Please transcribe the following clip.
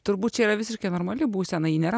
turbūt čia yra visiškai normali būsena ji nėra